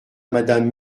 madame